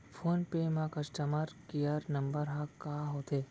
Phone पे म customer care number ह का होथे?